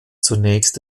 zunächst